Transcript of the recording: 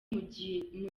mugiye